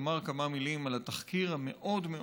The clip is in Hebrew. לומר כמה מילים גם על התחקיר המאוד-מאוד